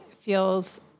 feels